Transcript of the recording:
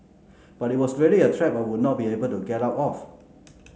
but it was really a trap I would not be able to get out of